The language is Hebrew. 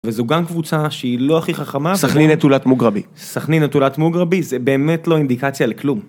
וזו גם קבוצה שהיא לא הכי חכמה. סכנין נטולת מוגרבי. סכנין נטולת מוגרבי זה באמת לא אינדיקציה לכלום.